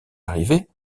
arrivé